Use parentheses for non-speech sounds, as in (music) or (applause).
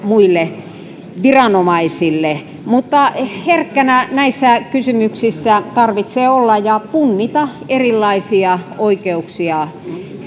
(unintelligible) muille viranomaisille mutta näissä kysymyksissä tarvitsee olla herkkänä ja punnita erilaisia oikeuksia